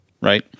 right